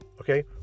Okay